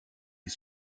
les